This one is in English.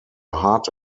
heart